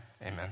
amen